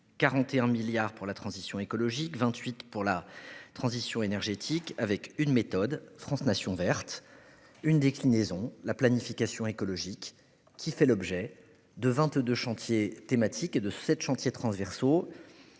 alloués à la transition écologique et 28 milliards d'euros à la transition énergétique, avec une méthode, « France Nation verte », et une déclinaison, la planification écologique, qui a fait l'objet de 22 chantiers thématiques et de 7 chantiers transversaux.